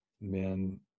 men